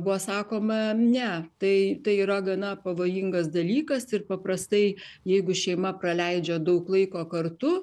buvo sakoma ne tai tai yra gana pavojingas dalykas ir paprastai jeigu šeima praleidžia daug laiko kartu